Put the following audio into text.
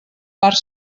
part